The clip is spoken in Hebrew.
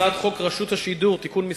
הצעת חוק רשות השידור (תיקון מס'